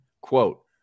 Quote